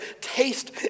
taste